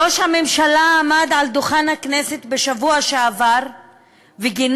ראש הממשלה עמד על דוכן הכנסת בשבוע שעבר וגינה